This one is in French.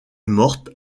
morte